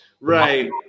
right